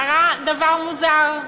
קרה דבר מוזר: